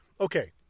okay